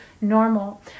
normal